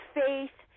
faith